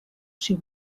she